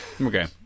Okay